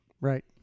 Right